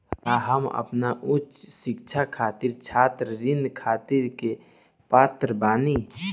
का हम अपन उच्च शिक्षा खातिर छात्र ऋण खातिर के पात्र बानी?